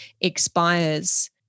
expires